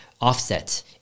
offset